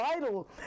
vital